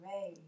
Ray